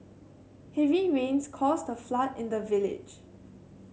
heavy rains caused a flood in the village